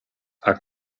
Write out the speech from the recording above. are